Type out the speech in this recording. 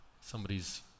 Somebody's